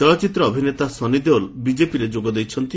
ଚଳଚ୍ଚିତ୍ର ଅଭିନେତା ସନ୍ନି ଦେଓଲ ବିଜେପିରେ ଯୋଗ ଦେଇଛନ୍ତି